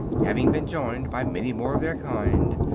having been joined by many more of their kind,